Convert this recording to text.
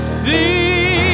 see